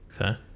Okay